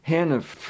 Hannah